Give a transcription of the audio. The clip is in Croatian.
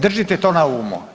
Držite to na umu.